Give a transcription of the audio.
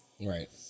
Right